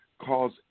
cause